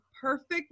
perfect